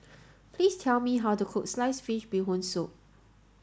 please tell me how to cook sliced fish bee hoon soup